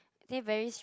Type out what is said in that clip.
I think very str~